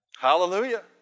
Hallelujah